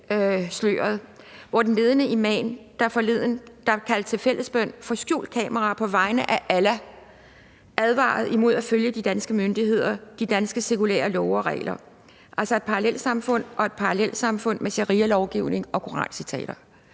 hvor den ledende imam, der kaldte til fællesbøn for skjult kamera på vegne af Allah, advarede imod at følge de danske myndigheder og de danske sekulære love og regler. Det er altså et parallelsamfund og et parallelsamfund med sharialovgivning og korancitater.